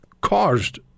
caused